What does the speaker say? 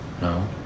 no